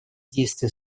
действия